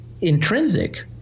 intrinsic